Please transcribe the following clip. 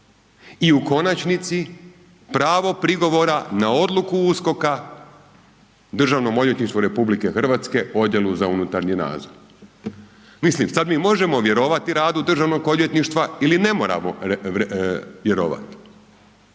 i u konačnici, pravo prigovora na odluku USKOK-a Državnom odvjetništvu RH Odjelu za unutarnji nadzor. Mislim, sad mi možemo vjerovati radu Državnog odvjetništva ili ne moramo vjerovati.